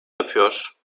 yapıyor